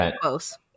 close